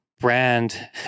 brand